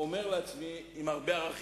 ארגון המורים מציע לגופים